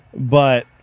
but